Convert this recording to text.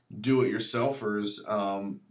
do-it-yourselfers